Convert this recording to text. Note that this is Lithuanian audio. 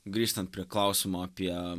grįžtan prie klausimo apie